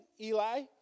Eli